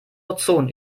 ozon